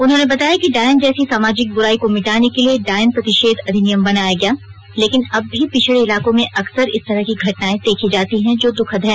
उन्होंने बताया कि डायन जैसी सामाजिक बुराई को मिटाने के लिए डायन प्रतिषेध अधिनियम बनाया गया लेकिन अब भी पिछड़े इलाकों में अक्सर इस तरह की घटनाएं देखी जाती हैं जो दुखद है